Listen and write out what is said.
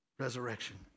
resurrection